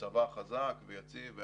צבא חזק ויציב.